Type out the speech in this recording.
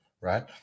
right